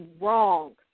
wrong